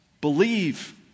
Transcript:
Believe